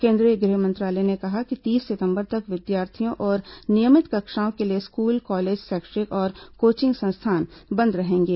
केंद्रीय गृह मंत्रालय ने कहा कि तीस सितंबर तक विद्यार्थियों और नियमित कक्षाओं के लिए स्कूल कॉलेज शैक्षिक और कोचिंग संस्थान बंद रहेंगे